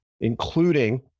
including